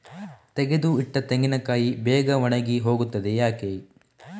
ತೆಗೆದು ಇಟ್ಟ ತೆಂಗಿನಕಾಯಿ ಬೇಗ ಒಣಗಿ ಹೋಗುತ್ತದೆ ಯಾಕೆ?